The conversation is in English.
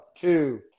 two